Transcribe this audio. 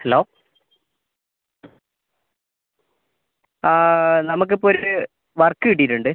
hello നമുക്കിപ്പോൾ ഒരു work കിട്ടിയിട്ടുണ്ട്